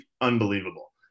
unbelievable